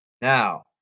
Now